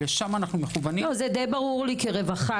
זה ברור לי כרווחה,